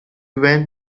went